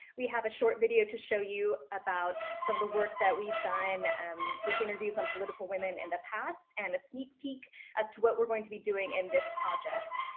we have a short video to show you about some of the work that we've done and with interviews on political women in the past and a sneak peek as to what we're going to be doing in this project.